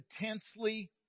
intensely